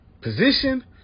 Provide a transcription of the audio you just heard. position